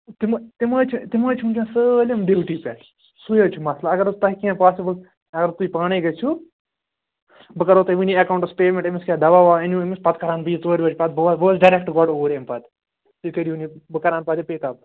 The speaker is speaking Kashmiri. تِمہٕ تِمہٕ حظ چھِ تِم حظ چھِ وُنکیٚس سٲلِم ڈِیوٹی پیٚٹھ سُے حظ چھُ مسلہٕ اگر حظ تۄہہِ کیٚنٛہہ پاسِبُل اگر تُہۍ پانٕے گٔژِھو بہٕ کٔرہو تۄہہِ وُنِی ایٚکاونٛٹٕس پیٚمیٚنٹ أمِس کیٛاہ دوا ووا أنِو أمِس پتہٕ کھالَن بہٕ یہِ ژورِ بجہِ پتہٕ بہٕ وسہٕ بہٕ وَسہٕ ڈَیریکٹ گۄڈٕ اوٗرۍ اَمہِ پتہٕ تُہۍ کٔرہوٗن یہِ بہٕ کرَن پتہٕ یہِ پِک اَپ